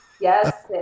yes